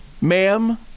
Ma'am